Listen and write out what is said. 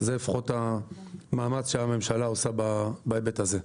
זה לפחות המאמץ שהממשלה עושה בהיבט הזה.